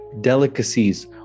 delicacies